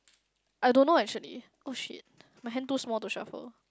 I don't know actually oh shit my hand too small to shuffle